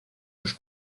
los